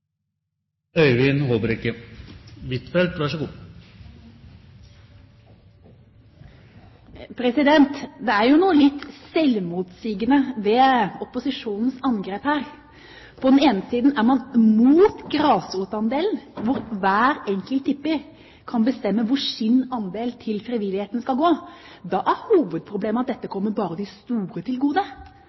Det er jo noe litt selvmotsigende ved opposisjonens angrep her. På den ene siden er man imot grasrotandelen, hvor hver enkelt tipper kan bestemme hvor sin andel til frivilligheten skal gå. Da er hovedproblemet at dette kommer bare de store